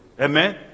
Amen